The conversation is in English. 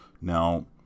Now